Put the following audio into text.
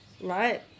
right